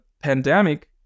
pandemic